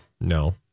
No